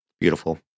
Beautiful